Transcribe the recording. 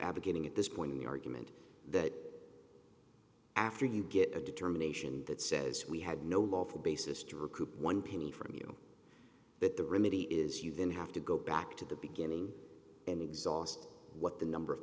advocating at this point in the argument that after you get a determination that says we had no lawful basis to recoup one penny from you but the rimini is you then have to go back to the beginning and exhaust what the number of